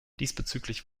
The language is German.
diesbezüglich